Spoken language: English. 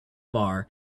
bar